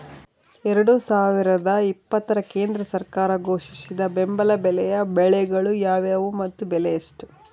ಎರಡು ಸಾವಿರದ ಇಪ್ಪತ್ತರ ಕೇಂದ್ರ ಸರ್ಕಾರ ಘೋಷಿಸಿದ ಬೆಂಬಲ ಬೆಲೆಯ ಬೆಳೆಗಳು ಯಾವುವು ಮತ್ತು ಬೆಲೆ ಎಷ್ಟು?